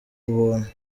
ubuntu